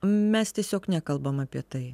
mes tiesiog nekalbam apie tai